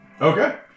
Okay